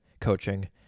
coaching